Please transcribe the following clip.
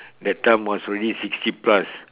that time was already sixty plus